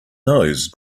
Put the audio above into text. nose